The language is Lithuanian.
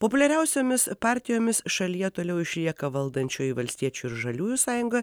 populiariausiomis partijomis šalyje toliau išlieka valdančioji valstiečių ir žaliųjų sąjunga